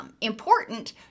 important